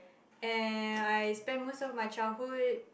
and I spend most of my childhood